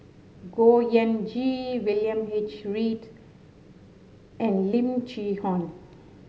Khor Ean Ghee William H Read and Lim Chee Onn